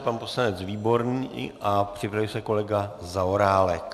Pan poslanec Výborný a připraví se kolega Zaorálek.